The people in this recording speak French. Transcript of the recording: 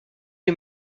les